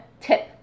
tip